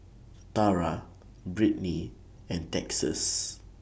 Tara Brittni and Texas